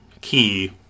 key